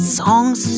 songs